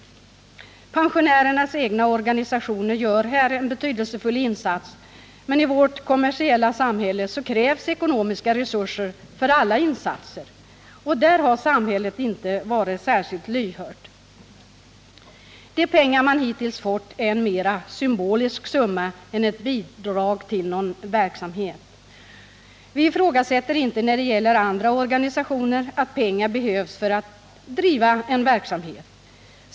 Torsdagen den Pensionärernas egna organisationer gör en betydelsefull insats, men i vårt 22 mars 1979 kommersiella samhälle krävs ekonomiska resurser för alla insatser. Och där har samhället inte varit särskilt lyhört. De pengar man hittills fått är mera en symbolisk summa än ett bidrag till någon verksamhet. Vi ifrågasätter inte, när det gäller andra organisationer, att pengar behövs för att driva en verksamhet.